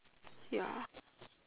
ya